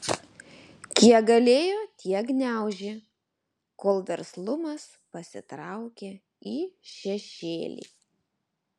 kiek galėjo tiek gniaužė kol verslumas pasitraukė į šešėlį